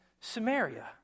Samaria